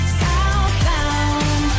southbound